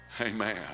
Amen